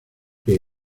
que